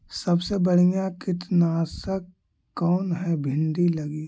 सबसे बढ़िया कित्नासक कौन है भिन्डी लगी?